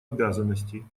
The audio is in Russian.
обязанностей